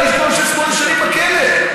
הרי הוא יושב שמונה שנים בכלא.